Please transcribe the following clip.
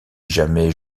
jamais